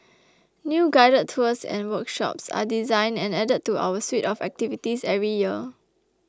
new guided tours and workshops are designed and added to our suite of activities every year